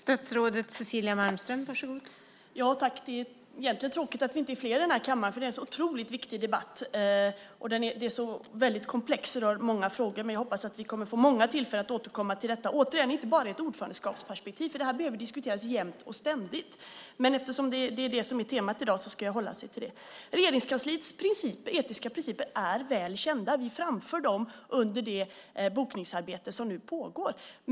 Fru talman! Det är egentligen tråkigt att vi inte är fler i kammaren, för det är en så otroligt viktig debatt. Den är väldigt komplex och rör många frågor. Men jag hoppas att vi kommer att få många tillfällen att återkomma till detta, inte bara i ett ordförandeskapsperspektiv, för det här behöver diskuteras jämt och ständigt. Men eftersom det är det som är temat i dag ska jag hålla mig till det. Regeringskansliets etiska principer är väl kända. Vi framför dem under det bokningsarbete som nu pågår.